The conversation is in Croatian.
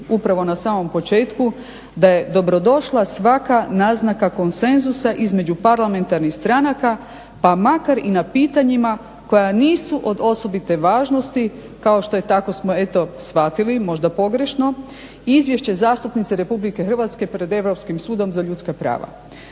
upravo na samom početku da je dobrodošla svaka naznaka konsenzusa između parlamentarnih stranaka, pa makar i na pitanjima koja nisu od osobite važnosti kao što je tako smo eto shvatili, možda pogrešno, Izvješće zastupnice Republike Hrvatske pred Europskim sudom za ljudska prava.